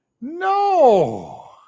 No